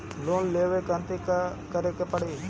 Loan लेवे खातिर का करे के पड़ी?